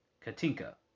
Katinka